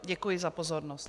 Děkuji za pozornost.